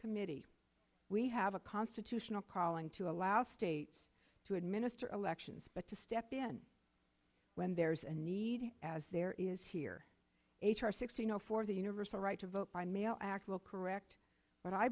committee we have a constitutional calling to allow states to administer elections but to step in when there is a need as there is here h r sixteen zero for the universal right to vote by mail act will correct